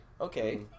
Okay